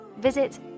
Visit